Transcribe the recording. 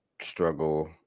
struggle